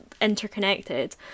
interconnected